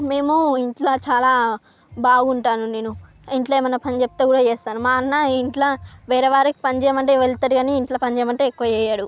మేము ఇంట్లో చాలా బాగుంటాను నేను ఇంట్లో ఏమైనా పని చెప్తే కూడా చేస్తాను మా అన్న ఇంట్లో వేరే వారికి పని చేయమంటే వెళ్తాడు కానీ ఇంట్లో పని చేయమంటే ఎక్కువ చేయడు